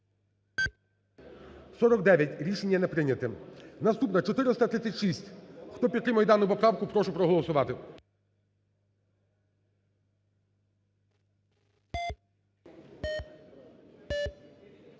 За-49 Рішення не прийнято. Наступна 436. Хто підтримує дану поправку, прошу проголосувати.